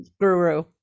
guru